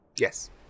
Yes